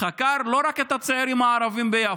חקר לא רק את הצעירים הערבים ביפו,